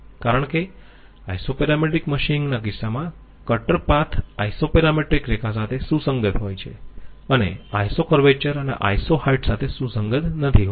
કારણ કે isoparametric machining ના કિસ્સામાં કટર પાથ આઈસોપેરામેટ્રિક રેખા સાથે સુસંગત હોય છે અને આઈસો કર્વેચર અને આઈસો હાઈટ્સ સાથે સુસંગત નથી હોતી